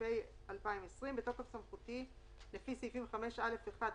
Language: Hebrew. התש"ף-2020 בתוקף סמכותי לפי סעיפים 5(א)(1)